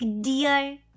dear